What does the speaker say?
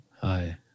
Hi